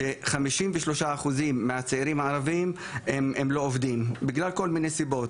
ש- 33% מהצעירים הערביים הם לא עובדים בגלל כל מיני סיבות.